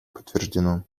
подтверждено